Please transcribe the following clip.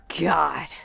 God